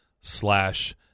slash